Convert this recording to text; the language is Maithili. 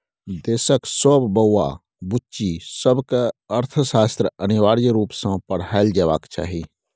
देशक सब बौआ बुच्ची सबकेँ अर्थशास्त्र अनिवार्य रुप सँ पढ़ाएल जेबाक चाही